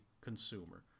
consumer